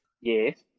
Yes